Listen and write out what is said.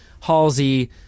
Halsey